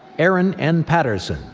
erin n. patterson,